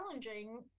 challenging